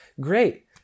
great